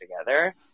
together